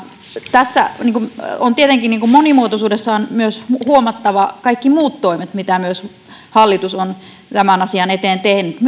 tässä monimuotoisuudessa on tietenkin myös huomattava kaikki muut toimet joita myös hallitus on tämän asian eteen tehnyt